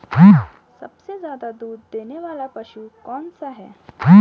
सबसे ज़्यादा दूध देने वाला पशु कौन सा है?